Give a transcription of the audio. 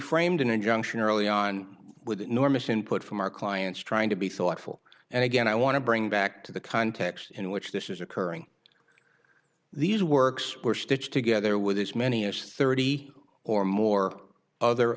framed an injunction early on with enormous input from our clients trying to be thoughtful and again i want to bring back to the context in which this is occurring these works were stitched together with as many as thirty or more other